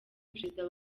perezida